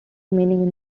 remaining